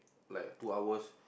like two hours